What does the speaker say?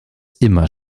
immer